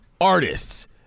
artists